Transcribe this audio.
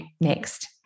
next